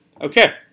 Okay